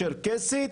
צ'רקסית,